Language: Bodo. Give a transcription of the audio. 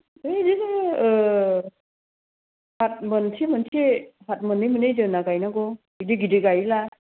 ओरैनो ओ हाथ मोनसे मोनसे हाथ मोन्नै मोन्नै दोन्ना गायनांगौ गिदिर गिदिर गायोला